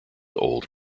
old